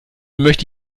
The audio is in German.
möchte